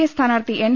A സ്ഥാനാർത്ഥി N